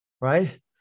right